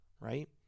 right